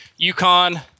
UConn